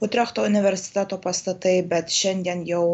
utrechto universiteto pastatai bet šiandien jau